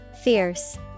Fierce